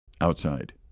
outside